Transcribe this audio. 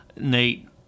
Nate